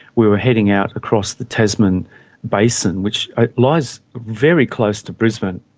we were heading out across the tasman basin, which lies very close to brisbane,